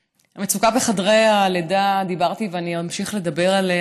על מצוקת חדרי הלידה דיברתי ואני אמשיך לדבר עליה.